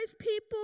people